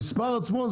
המספר עצמו,